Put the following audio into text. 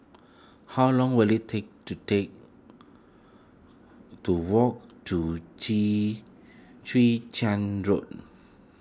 how long will it take to take to walk to Chwee Chwee Chian Road